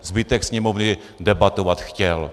Zbytek Sněmovny debatovat chtěl.